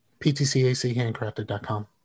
PTCAChandcrafted.com